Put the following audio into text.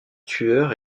tueur